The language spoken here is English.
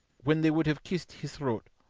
when they would have kissed his throat.